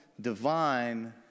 Divine